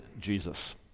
Jesus